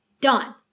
Done